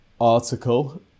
article